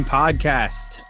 podcast